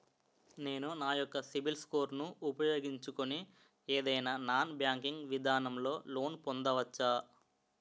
నేను నా యెక్క సిబిల్ స్కోర్ ను ఉపయోగించుకుని ఏదైనా నాన్ బ్యాంకింగ్ విధానం లొ లోన్ పొందవచ్చా?